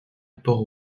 port